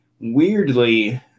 Weirdly